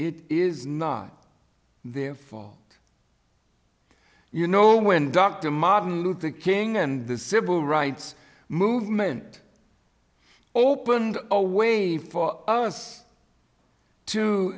it is not there for you know when dr martin luther king and the civil rights movement opened a way for us to